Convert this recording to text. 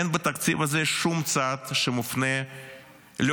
אין בתקציב הזה שום צעד שמופנה לא